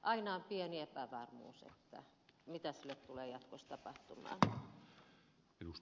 aina on pieni epävarmuus siitä mitä sille tulee jatkossa tapahtumaan